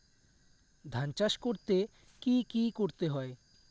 ধান চাষ করতে কি কি করতে হয়?